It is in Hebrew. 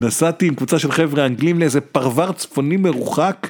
נסעתי עם קבוצה של חבר'ה אנגלים לאיזה פרוור צפוני מרוחק